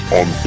on